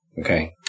Okay